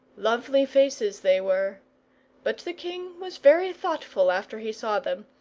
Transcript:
lovely faces they were but the king was very thoughtful after he saw them,